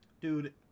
Dude